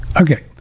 Okay